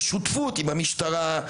בשותפות עם המשטרה,